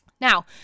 Now